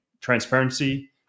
Transparency